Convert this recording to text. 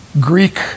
Greek